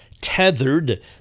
tethered